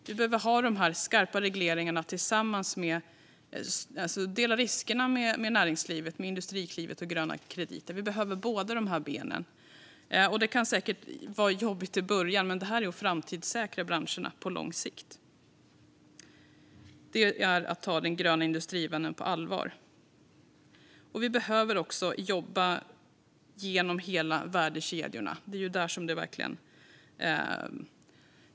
Vi behöver ha dessa skarpa regleringar och dela riskerna med näringslivet genom Industriklivet och gröna krediter. Vi behöver båda dessa ben. Det kan säkert vara jobbigt i början, men detta innebär att framtidssäkra branscherna på lång sikt. Det är att ta den gröna industrivännen på allvar. Vi behöver också jobba genom värdekedjorna.